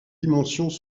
dimensions